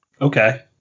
Okay